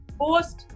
post